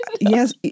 Yes